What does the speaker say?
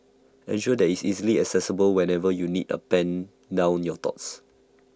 ensure that IT is easily accessible whenever you need A pen down your thoughts